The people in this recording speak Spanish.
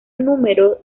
número